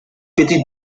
petit